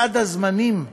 סד הזמנים,